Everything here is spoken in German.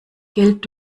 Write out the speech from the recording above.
geld